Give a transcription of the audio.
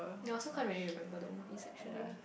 you also can't really remember the movies actually